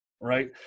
right